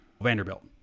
Vanderbilt